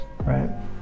right